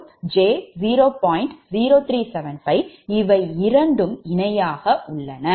0375 இவை இரண்டும் இணையாக உள்ளன